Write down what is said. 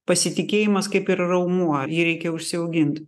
pasitikėjimas kaip ir raumuo jį reikia užsiaugint